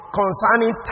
concerning